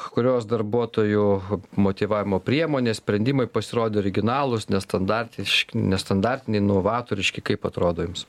kurios darbuotojų motyvavimo priemonės sprendimai pasirodė originalūs nestandartišk nestandartiniai novatoriški kaip atrodo jums